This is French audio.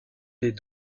des